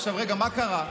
מה קרה,